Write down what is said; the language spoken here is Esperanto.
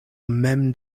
mem